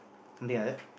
something like that